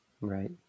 right